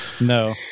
No